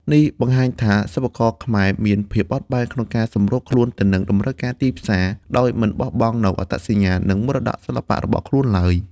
នេះបង្ហាញថា សិប្បករខ្មែរមានភាពបត់បែនក្នុងការសម្របខ្លួនទៅនឹងតម្រូវការទីផ្សារ ដោយមិនបាត់បង់នូវអត្តសញ្ញាណ និងមរតកសិល្បៈរបស់ខ្លួនឡើយ។